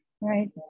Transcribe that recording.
right